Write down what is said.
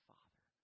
Father